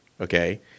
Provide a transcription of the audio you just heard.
okay